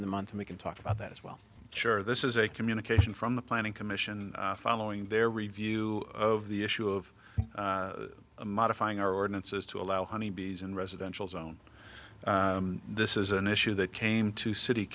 in the month and we can talk about that as well sure this is a communication from the planning commission following their review of the issue of modifying our ordinances to allow honeybees in residential zone this is an issue that came to city